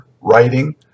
writing